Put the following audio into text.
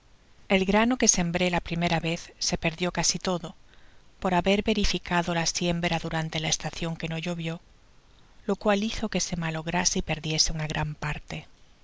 el grano que sembré la primera vez se perdió casi todo por haber verificado la siembra durante la estacion que no llovió lo cual hizo que se malograse y perdiese unargran parte